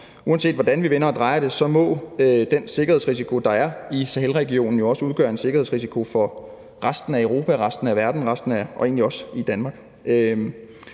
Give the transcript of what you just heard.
uanset hvordan vi vender og drejer det, må den sikkerhedsrisiko, der er i Sahelregionen, jo også udgøre en sikkerhedsrisiko for resten af Europa og resten af verden og egentlig